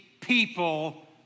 people